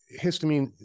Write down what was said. histamine